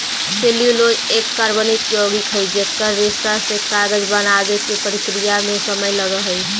cellulose एक कार्बनिक यौगिक हई जेकर रेशा से कागज बनावे के प्रक्रिया में समय लगऽ हई